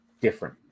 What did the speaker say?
different